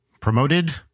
promoted